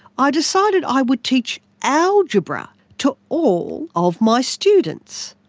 i decided i would teach algebra to all of my students.